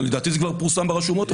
לא, לדעתי זה כבר פורסם ברשומות.